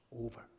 over